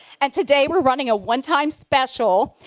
and today we're running a one-time special.